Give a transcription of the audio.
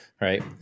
Right